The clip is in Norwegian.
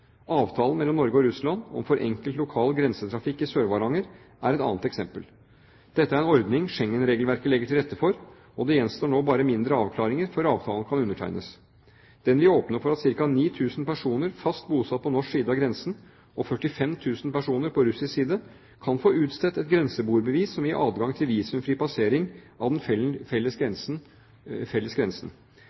Avtalen mellom Norge og Russland om forenklet lokal grensetrafikk i Sør-Varanger er et annet eksempel. Dette er en ordning Schengen-regelverket legger til rette for, og det gjenstår nå bare mindre avklaringer før avtalen kan undertegnes. Avtalen vil åpne for at ca. 9 000 personer fast bosatt på norsk side av grensen, og 45 000 personer på russisk side, kan få utstedt et grenseboerbevis som vil gi adgang til visumfri passering av den felles grensen.